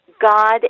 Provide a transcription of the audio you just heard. God